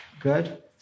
Good